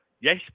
Yes